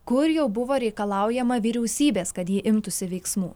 kur jau buvo reikalaujama vyriausybės kad ji imtųsi veiksmų